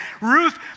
Ruth